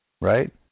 right